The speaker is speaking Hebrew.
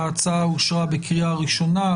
ההצעה אושרה בקריאה ראשונה,